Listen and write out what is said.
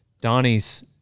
Donnie's